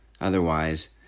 Otherwise